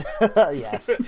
Yes